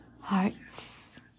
hearts